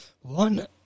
one